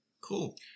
cool